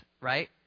right